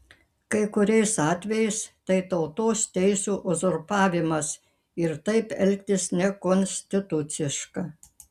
kai kuriais atvejais tai tautos teisių uzurpavimas ir taip elgtis nekonstituciška